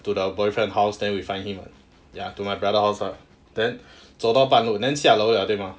to the boyfriend house then we find him [what] ya to my brother house ah then 走到半路 then 下楼了对吗